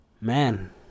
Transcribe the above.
Man